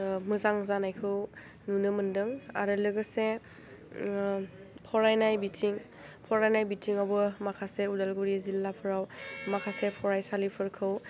मोजां जानायखौ नुनो मोनदों आरो लोगोसे फरायनाय बिथिं फरायनाय बिथिङावबो माखासे उदालगुरि जिल्लाफ्राव माखासे फरायसालिफोरखौ